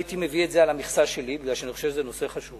הייתי מביא את זה על המכסה שלי כי אני חושב שזה נושא חשוב.